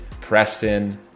Preston